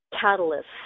catalyst